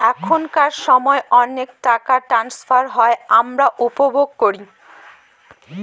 এখনকার সময় অনেক টাকা ট্রান্সফার হয় আমরা উপভোগ করি